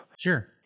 Sure